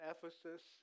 Ephesus